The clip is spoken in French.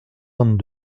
vingt